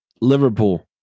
Liverpool